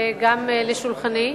וגם לשולחני,